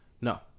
No